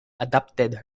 adopted